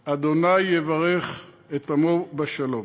ה' יברך את עמו בשלום".